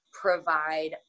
provide